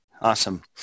awesome